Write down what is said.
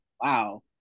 wow